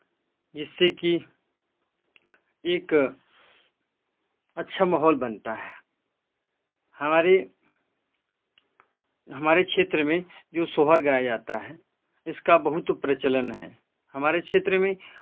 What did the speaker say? जिससे कि एक अच्छा माहौल बनता है हमारे क्षेत्र में जो सोहर गाया जाता है जिसका बहुत प्रचलन है हमारे क्षेत्र में कोई भी